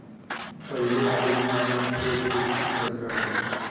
पहिले आदमी आराम से खेती करत रहल